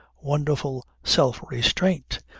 wonderful self-restraint.